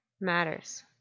matters